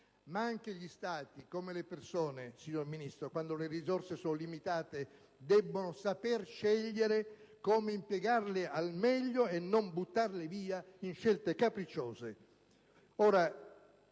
Ma anche gli Stati, come le persone, signor Ministro, quando le risorse sono limitate debbono saper scegliere come impiegarle al meglio e non buttarle via in scelte capricciose.